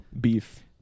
beef